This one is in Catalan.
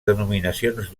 denominacions